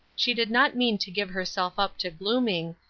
she did not mean to give herself up to glooming,